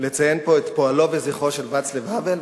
לציין פה את פועלו וזכרו של ואצלב האוול,